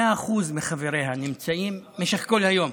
100% מחבריה נמצאים במשך כל היום.